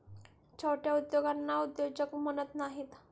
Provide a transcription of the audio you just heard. छोट्या उद्योगांना उद्योजक म्हणत नाहीत